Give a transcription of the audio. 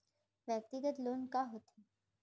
व्यक्तिगत लोन का होथे?